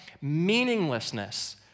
meaninglessness